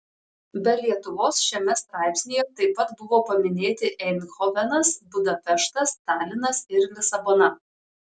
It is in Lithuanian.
be lietuvos šiame straipsnyje taip pat buvo paminėti eindhovenas budapeštas talinas ir lisabona